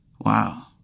wow